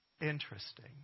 interesting